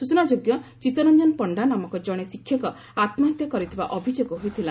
ସ୍ବଚନାଯୋଗ୍ୟ ଚିଉରଞ୍ଞନ ପଶ୍ବା ନାମକ ଜଣେ ଶିକ୍ଷକ ଆତୁହତ୍ୟା କରିଥିବା ଅଭିଯୋଗ ହୋଇଥିଲା